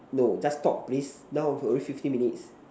no just talk please now already fifteen minutes